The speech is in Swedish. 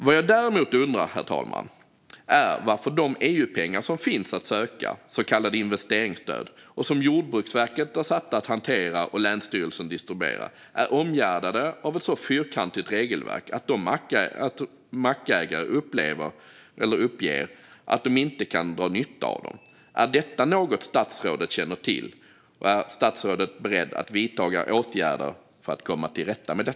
Vad jag däremot undrar, herr talman, är varför de EU-pengar som finns att söka, så kallade investeringsstöd som Jordbruksverket hanterar och länsstyrelserna distribuerar, är omgärdade av ett så fyrkantigt regelverk att mackägare uppger att de inte kan dra nytta av dem. Är detta något statsrådet känner till, och är statsrådet beredd att vidta åtgärder för att komma till rätta med det?